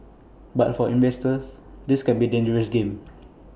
but for investors this can be A dangerous game